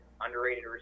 underrated